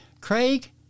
Craig